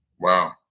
Wow